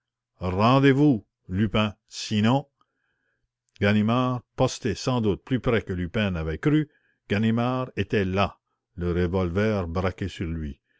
rendez-vous lupin sinon ganimard posté sans doute plus près que lupin n'avait cru ganimard était là le revolver braqué sur lui